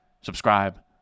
subscribe